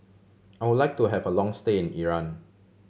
I would like to have a long stay in Iran